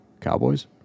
Cowboys